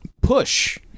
push